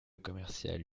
commerciale